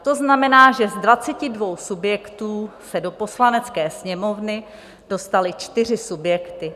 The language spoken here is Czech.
To znamená, že z 22 subjektů se do Poslanecké sněmovny dostaly čtyři subjekty.